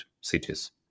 cities